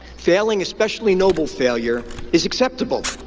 failing, especially noble failure, is acceptable,